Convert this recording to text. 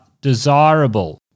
desirable